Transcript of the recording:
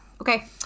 Okay